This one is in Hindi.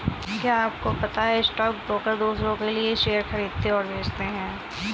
क्या आपको पता है स्टॉक ब्रोकर दुसरो के लिए शेयर खरीदते और बेचते है?